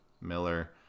Miller